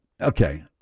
okay